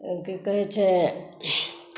की कहै छै